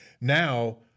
Now